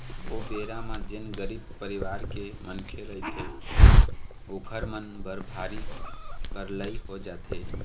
ओ बेरा म जेन गरीब परिवार के मनखे रहिथे ओखर मन बर भारी करलई हो जाथे